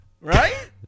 right